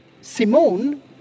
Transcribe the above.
Simone